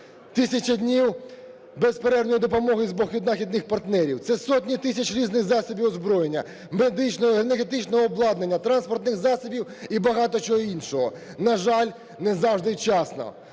1000 днів безперервної допомоги з боку західних партнерів. Це сотні тисяч різних засобів озброєння, медичного, енергетичного обладнання, транспортних засобів і багато чого іншого. На жаль, не завжди вчасно.